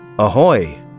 Ahoy